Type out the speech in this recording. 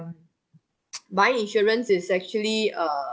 um buying insurance is actually err